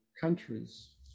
countries